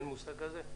אין מושג כזה?